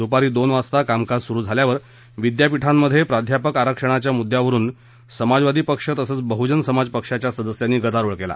द्पारी दोन वाजता कामकाज सुरु झाल्यावर विद्यापीठांमध्ये प्राध्यापक आरक्षणाच्या मुद्यावरून समाजवादी पक्ष तसंच बहुजन समाज पक्षाच्या सदस्यांनी गदारोळ केला